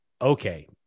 okay